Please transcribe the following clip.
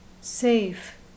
safe